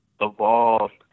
evolved